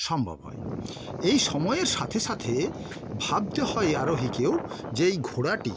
সম্ভব হয় এই সময়ের সাথে সাথে ভাবতে হয় আরোহীকেও যে এই ঘোড়াটি